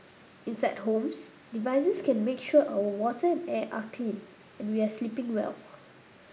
inside homes devices can make sure our water and air are clean and we are sleeping well